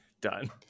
Done